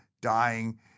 dying